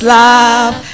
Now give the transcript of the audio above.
love